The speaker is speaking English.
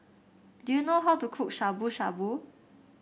do you know how to cook Shabu Shabu